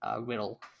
riddle